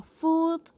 food